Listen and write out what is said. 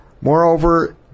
Moreover